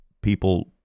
people